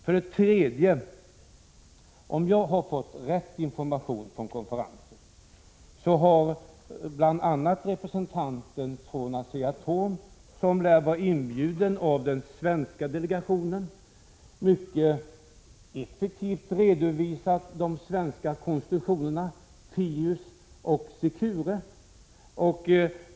För det tredje: Om jag har fått riktig information från konferensen har bl.a. en representant från Asea-Atom, som lär vara inbjuden av den svenska delegationen, mycket effektivt redovisat de svenska konstruktionerna PIUS och Secure.